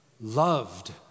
loved